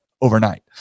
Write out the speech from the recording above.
overnight